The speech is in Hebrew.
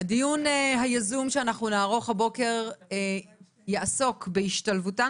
הדיון היזום שאנחנו נערך הבוקר יעסוק בהשתלבותן